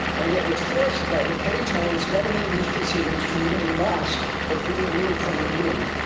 and yet was forced by the petty tyrants governing these proceedings to remain masked or be removed from the room.